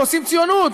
ועושים ציונות,